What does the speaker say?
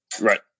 Right